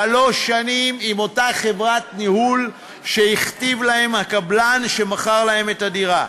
שלוש שנים עם אותה חברת ניהול שהכתיב להם הקבלן שמכר להם את הדירה,